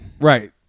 right